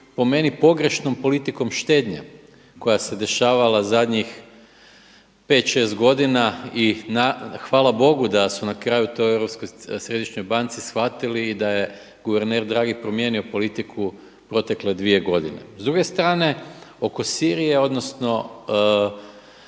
po meni pogrešnom politikom štednje koja se dešavala zadnjih 5, 6 godina i hvala Bogu da su na kraju u toj Europskoj središnjoj banci shvatili i da je guverner dragi promijenio politiku protekle 2 godine. S druge strane oko Sirije, odnosno